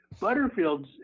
Butterfields